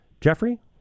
Jeffrey